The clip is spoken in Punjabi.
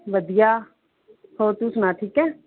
ਵਧੀਆ ਹੋਰ ਤੂੰ ਸੁਣਾ ਠੀਕ ਹੈ